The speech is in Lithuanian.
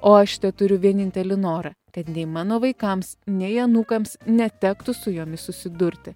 o aš teturiu vienintelį norą kad nei mano vaikams nei anūkams netektų su jomis susidurti